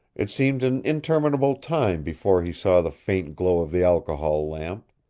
it seemed an interminable time before he saw the faint glow of the alcohol lamp.